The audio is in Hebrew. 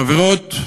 חברות,